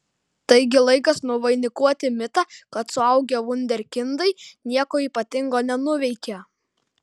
taigi laikas nuvainikuoti mitą kad suaugę vunderkindai nieko ypatingo nenuveikia